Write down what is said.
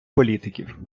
політиків